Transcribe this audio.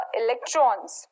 electrons